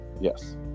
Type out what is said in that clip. Yes